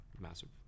massive